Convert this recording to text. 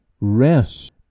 rest